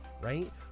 right